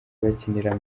bakinira